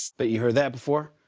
but you heard that before.